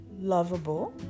lovable